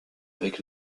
avec